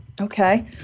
Okay